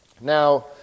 Now